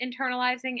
internalizing